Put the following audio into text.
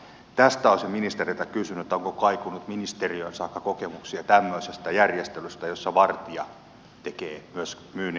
tästä olisin ministeriltä kysynyt että onko kaikunut ministeriöön saakka kokemuksia tämmöisestä järjestelystä jossa vartija tekee myös myynnin alan työtä